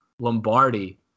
Lombardi